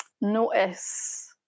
notice